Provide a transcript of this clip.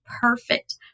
perfect